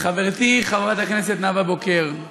חברתי חברת הכנסת נאוה בוקר,